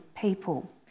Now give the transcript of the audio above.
people